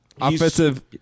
Offensive